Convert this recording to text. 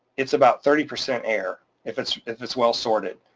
it's about thirty percent air if it's if it's well sorted.